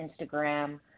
Instagram